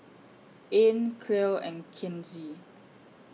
Ean Clell and Kinsey